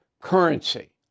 currency